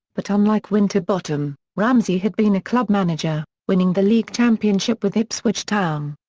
but unlike winterbottom, ramsey had been a club manager, winning the league championship with ipswich town.